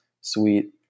sweet